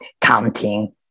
counting